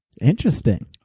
Interesting